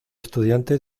estudiante